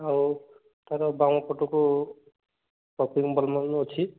ଆଉ ତାର ବାମ ପଟକୁ ମାନ ଅଛି